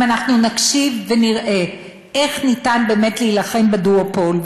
אם אנחנו נקשיב ונראה איך ניתן באמת להילחם בדואופול,